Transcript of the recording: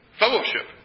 fellowship